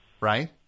Right